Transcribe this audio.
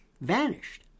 vanished